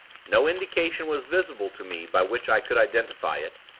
no indication was visible to me by which i could identify it,